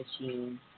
machine